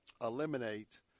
eliminate